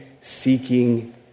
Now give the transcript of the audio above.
seeking